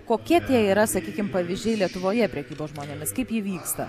kokie tie yra sakykim pavyzdžiai lietuvoje prekybos žmonėmis kaip ji vyksta